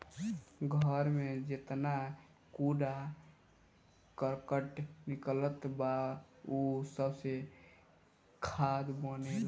घर में जेतना कूड़ा करकट निकलत बा उ सबसे खाद बनेला